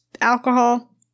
alcohol